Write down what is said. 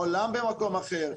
העולם במקום אחר,